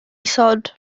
isod